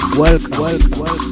welcome